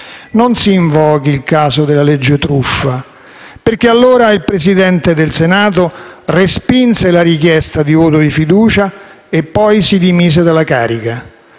Non si invochi il caso della legge truffa, perché allora il Presidente del Senato respinse la richiesta di voto di fiducia e poi di dimise dalla carica.